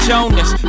Jonas